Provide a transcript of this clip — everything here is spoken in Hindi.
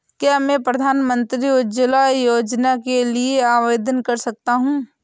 क्या मैं प्रधानमंत्री उज्ज्वला योजना के लिए आवेदन कर सकता हूँ?